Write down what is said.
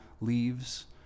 Leaves